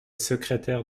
secrétaire